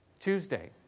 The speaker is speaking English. Tuesday